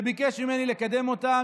שביקש ממני לקדם אותה,